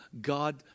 God